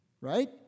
right